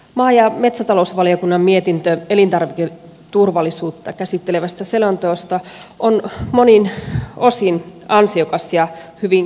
maa ja metsätalousvaliokunnan mietintö elintarviketurvallisuutta käsittelevästä selonteosta on monin osin ansiokas ja hyvin kattavakin